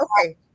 Okay